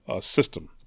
system